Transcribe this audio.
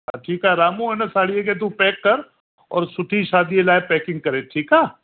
हा ठीकु आहे रामू हिन साड़ीअ खे तूं पैक कर और सुठी शादीअ लाइ पैकिंग कर ठीकु आहे